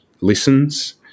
listens